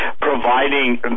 providing